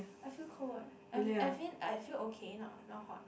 I feel cold eh I mean in I feel okay not not hot